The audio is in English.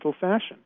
fashion